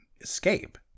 escape